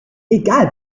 egal